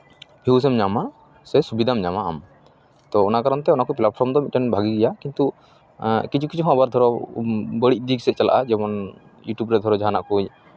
ᱡᱳᱥ ᱮᱢ ᱧᱟᱢᱟ ᱥᱮ ᱥᱩᱵᱤᱫᱷᱟᱢ ᱧᱟᱢᱟ ᱟᱢ ᱛᱳ ᱚᱱᱟ ᱠᱟᱨᱚᱱ ᱛᱮ ᱚᱱᱟ ᱠᱚ ᱯᱞᱟᱴᱯᱷᱨᱚᱢ ᱫᱚ ᱢᱤᱫᱴᱮᱱ ᱵᱷᱟᱹᱜᱮ ᱜᱮᱭᱟ ᱠᱤᱱᱛᱩ ᱠᱤᱪᱷᱩ ᱠᱤᱪᱷᱩ ᱦᱚᱸ ᱟᱵᱟᱨ ᱫᱷᱚᱨᱚ ᱵᱟᱹᱲᱤᱡ ᱫᱤᱠ ᱥᱮᱫ ᱪᱟᱞᱟᱜᱼᱟ ᱡᱮᱢᱚᱱ ᱤᱭᱩᱴᱩᱵᱽ ᱨᱮ ᱫᱷᱚᱨᱚ ᱡᱟᱦᱟᱱᱟᱜ ᱠᱚ